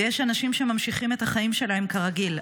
ויש אנשים שממשיכים את החיים שלהם כרגיל,